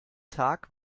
tag